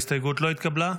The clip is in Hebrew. ההסתייגות לא התקבלה.